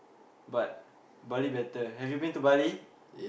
but Bali better have you been to Bali